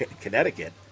Connecticut